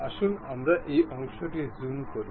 আসুন আমরা এই অংশটি জুম করি